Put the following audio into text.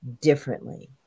differently